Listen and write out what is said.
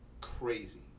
crazy